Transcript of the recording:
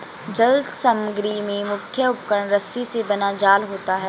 जल समग्री में मुख्य उपकरण रस्सी से बना जाल होता है